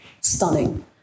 stunning